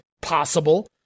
possible